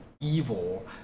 evil